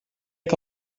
que